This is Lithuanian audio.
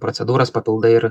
procedūros papildai ir